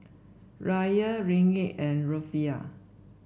Riyal Ringgit and Rufiyaa